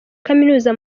kaminuza